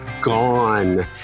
gone